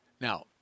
Now